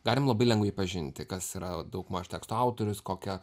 galim labai lengvai pažinti kas yra daugmaž teksto autorius kokia